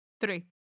Three